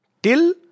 Till